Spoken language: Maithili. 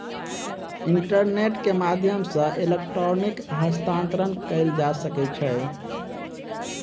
इंटरनेट के माध्यम सॅ इलेक्ट्रॉनिक हस्तांतरण कयल जा सकै छै